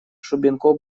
шубенков